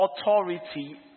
authority